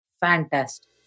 Fantastic